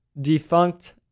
defunct